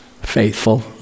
faithful